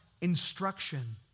instruction